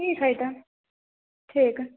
ठीक हइ तऽ ठीक